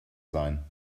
sein